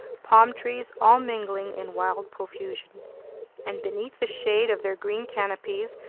palm trees, all mingling in wild profusion and beneath the shade of their green canopies,